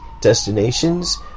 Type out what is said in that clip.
destinations